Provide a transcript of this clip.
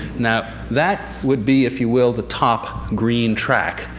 now, that would be, if you will, the top green track,